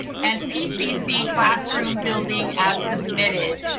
and pcc classroom building as submitted.